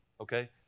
Okay